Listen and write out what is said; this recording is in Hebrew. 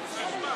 שומעים,